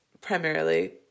primarily